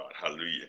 hallelujah